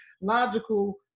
logical